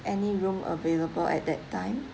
any room available at that time